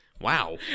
wow